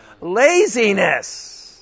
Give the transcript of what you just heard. Laziness